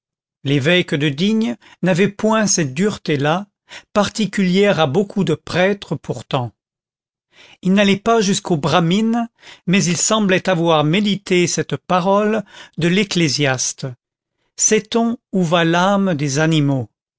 l'évêque de digne n'avait point cette dureté là particulière à beaucoup de prêtres pourtant il n'allait pas jusqu'au bramine mais il semblait avoir médité cette parole de l'ecclésiaste sait-on où va l'âme des animaux